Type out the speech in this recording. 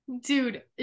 Dude